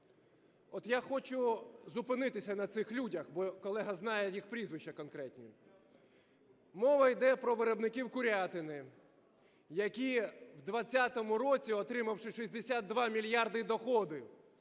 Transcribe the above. От я хочу зупинитися на цих людях, бо колега знає прізвища їх конкретні. Мова йде про виробників курятини, які в 2020 році, отримавши 62 мільярди доходів,